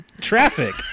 traffic